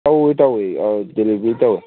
ꯇꯧꯏ ꯇꯧꯏ ꯗꯦꯂꯤꯚꯔꯤ ꯇꯧꯏ